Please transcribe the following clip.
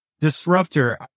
Disruptor